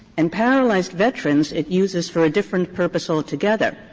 and paralyzed veterans it uses for a different purpose altogether,